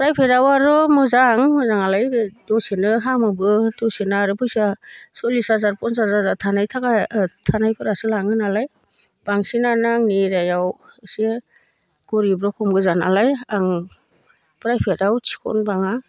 प्राइभेटआव आरो मोजां मोजाङालाय दसेनो हामोबो दसेनो आरो फैसा सल्लिस हाजार फनसास हाजार होनानै थाखा थानायफोरासो लाङोनालाय बांसिनानो आंनि एरियायाव खावसे गरिब रखम गोजानालाय आं प्राइभेटआव थिखनबाङा